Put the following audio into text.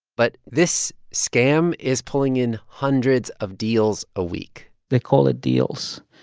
but this scam is pulling in hundreds of deals a week they call it deals.